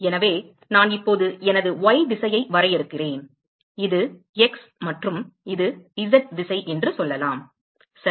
எனவே நான் இப்போது எனது y திசையை வரையறுக்கிறேன் இது x மற்றும் இது z திசை என்று சொல்லலாம் சரி